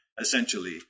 essentially